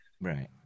right